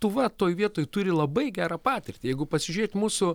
tu va toj vietoj turi labai gerą patirtį jeigu pasižiūrėt mūsų